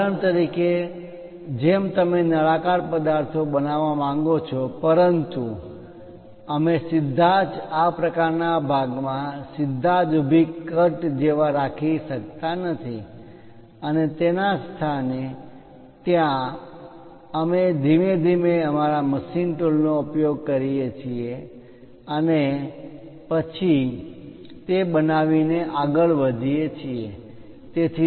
ઉદાહરણ તરીકે જેમ તમે નળાકાર પદાર્થો બનાવવા માંગો છો પરંતુ અમે સીધા જ આ પ્રકારના ભાગમાં સીધા જ ઊભી કટ જેવા રાખી શકતા નથી અને તેના સ્થાને ત્યાં અમે ધીમે ધીમે અમારા મશીન ટૂલ નો ઉપયોગ કરીએ છીએ અને પછી તે બનાવીને આગળ વધીએ છીએ